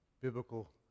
biblical